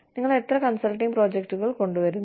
നിങ്ങൾ എത്ര കൺസൾട്ടിംഗ് പ്രോജക്ടുകൾ കൊണ്ടുവരുന്നു